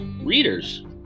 readers